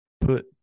Put